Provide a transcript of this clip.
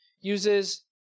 uses